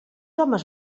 homes